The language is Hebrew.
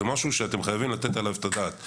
זה משהו שאתם חייבים לתת עליו את הדעת.